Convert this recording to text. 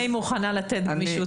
אם בגמישות